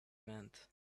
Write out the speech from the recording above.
meant